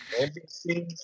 NBC